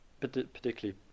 particularly